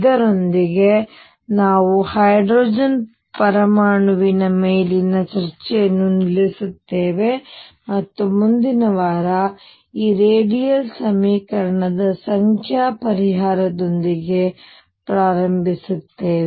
ಇದರೊಂದಿಗೆ ನಾವು ಹೈಡ್ರೋಜನ್ ಪರಮಾಣುವಿನ ಮೇಲಿನ ಚರ್ಚೆಯನ್ನು ನಿಲ್ಲಿಸುತ್ತೇವೆ ಮತ್ತು ಮುಂದಿನ ವಾರ ನಾವು ಈ ರೇಡಿಯಲ್ ಸಮೀಕರಣದ ಸಂಖ್ಯಾ ಪರಿಹಾರದೊಂದಿಗೆ ಪ್ರಾರಂಭಿಸುತ್ತೇವೆ